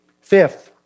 Fifth